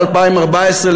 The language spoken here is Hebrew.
ב-2014,